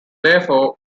therefore